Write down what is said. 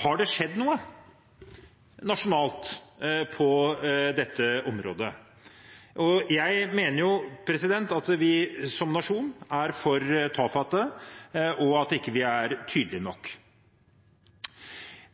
Har det skjedd noe nasjonalt på dette området? Jeg mener at vi som nasjon er for tafatte, og at vi ikke er tydelige nok.